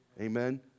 Amen